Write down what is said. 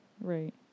Right